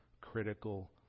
critical